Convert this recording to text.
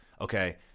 okay